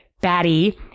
batty